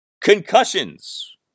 concussions